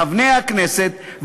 חברי הכנסת,